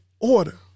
order